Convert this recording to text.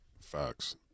Facts